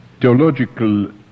theological